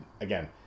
Again